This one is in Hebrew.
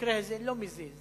המקרה הזה לא מזיז.